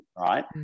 right